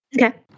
Okay